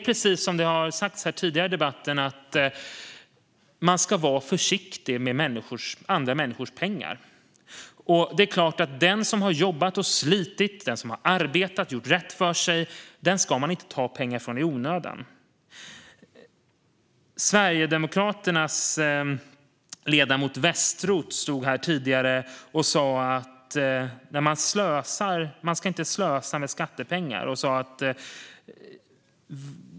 Precis som har sagts tidigare i debatten ska man vara försiktig med andra människors pengar. Det är klart att den som har jobbat och slitit, den som har arbetat och gjort rätt för sig, ska man inte ta pengar från i onödan. Sverigedemokraternas ledamot Westroth stod här tidigare och sa att man inte ska slösa med skattepengar.